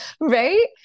Right